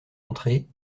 entrée